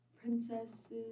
princesses